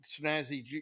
snazzy